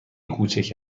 کوچک